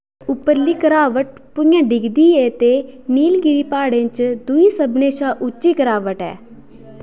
उप्परली घरावट भु'ञां डिगदी ऐ ते नीलगिरि प्हाड़ें च दूई सभनें शा उच्ची गरावट ऐ